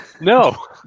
No